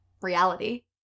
reality